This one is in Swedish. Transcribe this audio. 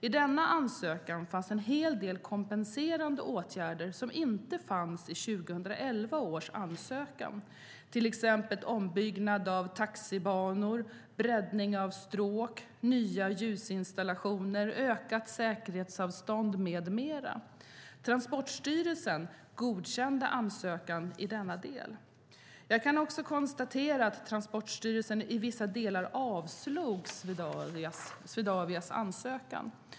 I denna ansökan fanns en hel del kompenserande åtgärder som inte fanns i 2011 års ansökan, till exempel ombyggnad av taxibanor, breddning av stråk, nya ljusinstallationer, ökat säkerhetsavstånd med mera. Transportstyrelsen godkände ansökan i denna del. Jag kan också konstatera att Transportstyrelsen i vissa delar avslog Swedavias ansökan.